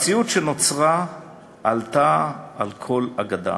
והמציאות שנוצרה עלתה על כל אגדה: